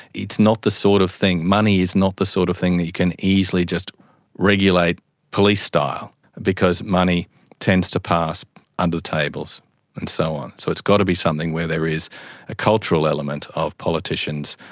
not the sort of thing, money is not the sort of thing that you can easily just regulate police-style because money tends to pass under tables and so on. so it's got to be something where there is a cultural element of politicians,